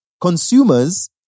consumers